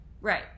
right